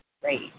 great